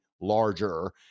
larger